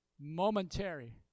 Momentary